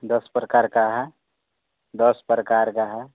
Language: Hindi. दस प्रकार का है दस प्रकार का है